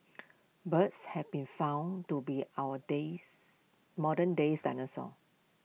birds have been found to be our days modern days dinosaurs